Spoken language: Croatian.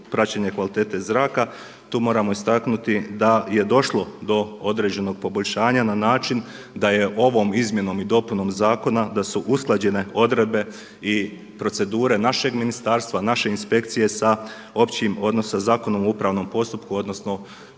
praćenja kvalitete zraka. Tu moramo istaknuti da je došlo do određenog poboljšanja na način da je ovom izmjenom i dopunom zakona da su usklađene odredbe i procedure našeg ministarstva, naše inspekcije sa općim odnosno Zakonom o upravnom postupku odnosno